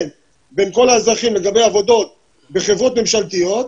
בין כל האזרחים לגבי עבודות בחברות ממשלתיות,